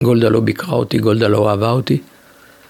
גולדה לא ביקרה אותי, גולדה לא אהבה אותי